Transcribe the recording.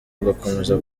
ugakomeza